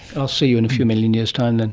i'll see you in a few million years' time then.